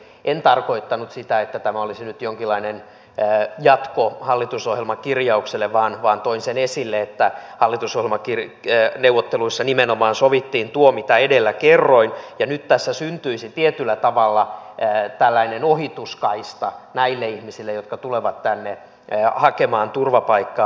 en tarkoittanut sitä että tämä olisi nyt jonkinlainen jatko hallitusohjelman kirjaukselle vaan toin sen esille että hallitus on oma tili jäi hallitusohjelmaneuvotteluissa nimenomaan sovittiin tuo mitä edellä kerroin ja nyt tässä syntyisi tietyllä tavalla tällainen ohituskaista näille ihmisille jotka tulevat tänne hakemaan turvapaikkaa